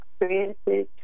experiences